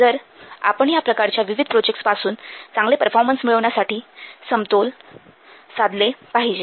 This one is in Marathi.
तर आपण या प्रकारच्या विविध प्रोजेक्टसपासून चांगले परफॉर्मन्स मिळवण्यासाठी समतोल साधले पाहिजे